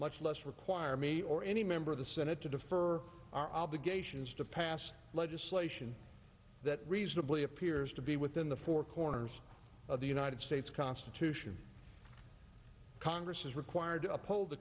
much less require me or any member of the senate to defer our obligations to pass legislation that reasonably appears to be within the four corners of the united states constitution congress is required to uphold the